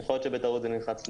יכול להיות שבטעות זה נלחץ לי.